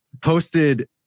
posted